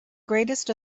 greatest